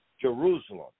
Jerusalem